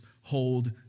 hold